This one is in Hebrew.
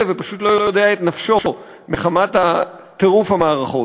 ופשוט לא יודע את נפשו מחמת טירוף המערכות.